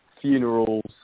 funerals